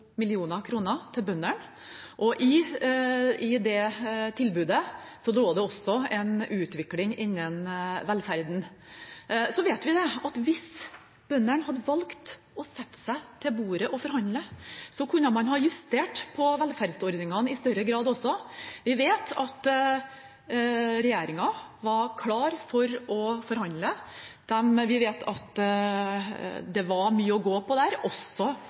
til bøndene, og i det tilbudet lå det også en utvikling innen velferden. Så vet vi at hvis bøndene hadde valgt å sette seg til bordet og forhandle, kunne man ha justert på velferdsordningene i større grad også. Vi vet at regjeringen var klar for å forhandle. Vi vet at det var mye å gå på der, også